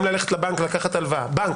אם ללכת לבנק לקחת הלוואה בנק,